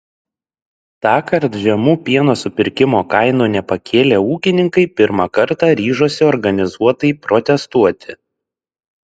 tąkart žemų pieno supirkimo kainų nepakėlę ūkininkai pirmą kartą ryžosi organizuotai protestuoti